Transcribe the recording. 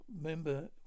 member